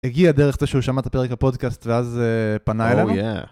הגיע דרך זה שהוא שמע את פרק הפודקאסט ואז פנה אלינו.